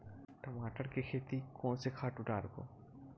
टमाटर के खेती कोन से खातु डारबो?